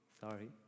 sorry